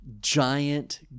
Giant